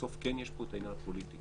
בסוף יש פה את העניין הפוליטי.